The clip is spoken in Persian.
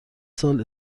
سال